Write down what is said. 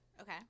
Okay